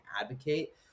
advocate